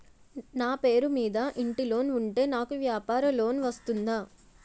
నా పేరు మీద ఇంటి లోన్ ఉంటే నాకు వ్యాపార లోన్ వస్తుందా?